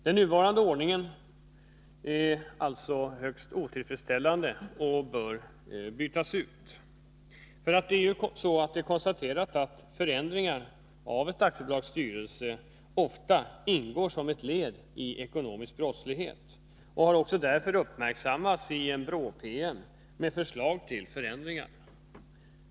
Den nuvarande ordningen är alltså högst otillfredsställande och bör ändras. Det är konstaterat att förändringar av ett aktiebolags styrelse ofta ingår som ett led i ekonomisk brottslighet. Detta har också uppmärksammats i en PM från BRÅ, i vilken förändringar föreslagits.